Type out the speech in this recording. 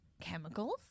chemicals